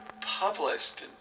published